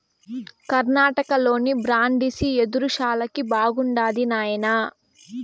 కర్ణాటకలోని బ్రాండిసి యెదురు శాలకి బాగుండాది నాయనా